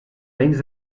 menys